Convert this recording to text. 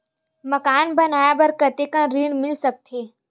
मकान बनाये बर कतेकन ऋण मिल सकथे?